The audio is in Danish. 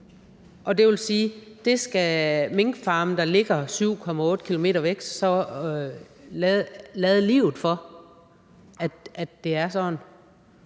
Og det vil sige, at det skal minkfarme, der ligger 7,8 km væk, så lade livet for, altså at det er sådan.